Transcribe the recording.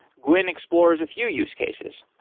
gwen explores a few use cases.